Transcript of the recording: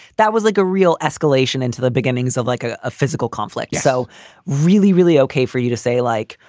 that was like a real escalation into the beginnings of like a a physical conflict. so really, really okay for you to say, like,